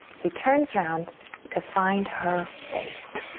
he turns around to find her face,